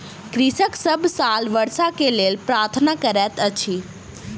कृषक सभ साल वर्षा के लेल प्रार्थना करैत अछि